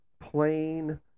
plain